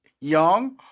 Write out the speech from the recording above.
young